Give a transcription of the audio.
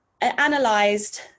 analyzed